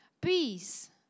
peace